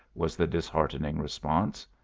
was the disheartening response.